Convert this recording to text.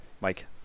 Mike